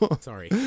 sorry